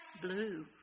blue